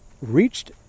reached